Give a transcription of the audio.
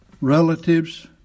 relatives